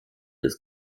des